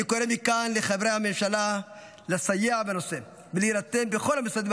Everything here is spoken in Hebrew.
אני קורא מכאן לחברי הממשלה לסייע בנושא ולהירתם בכל המשרדים